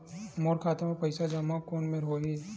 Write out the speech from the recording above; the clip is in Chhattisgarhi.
मोर खाता मा पईसा जमा कोन मेर होही?